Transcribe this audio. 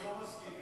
אנחנו לא מסכימים.